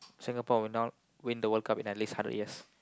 Singapore will not win the World Cup in at least hundred years